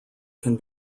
can